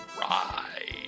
ride